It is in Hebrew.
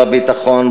בביטחון,